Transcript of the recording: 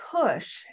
push